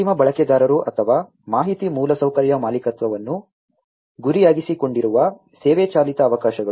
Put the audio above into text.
ಅಂತಿಮ ಬಳಕೆದಾರರು ಅಥವಾ ಮಾಹಿತಿ ಮೂಲಸೌಕರ್ಯ ಮಾಲೀಕತ್ವವನ್ನು ಗುರಿಯಾಗಿಸಿಕೊಂಡಿರುವ ಸೇವೆ ಚಾಲಿತ ಅವಕಾಶಗಳು